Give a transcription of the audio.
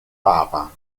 papa